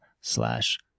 slash